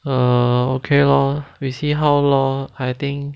ah okay lor we see how lor I think